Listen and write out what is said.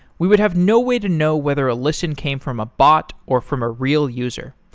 we would have no way to know whether a listen came from a bot, or from a real user.